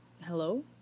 Hello